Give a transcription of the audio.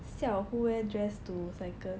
siao who wear dress to cycle